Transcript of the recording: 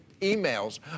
emails